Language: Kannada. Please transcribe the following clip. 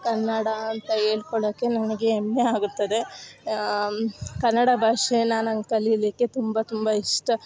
ಕನ್ನಡ ಅಂತ ಹೇಳ್ಕೊಳಕೆ ನನಗೆ ಹೆಮ್ಮೆ ಆಗುತ್ತದೆ ಕನ್ನಡ ಭಾಷೇ ನಂಗೆ ಕಲಿಲಿಕ್ಕೆ ತುಂಬ ತುಂಬ ಇಷ್ಟ